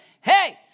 hey